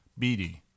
BD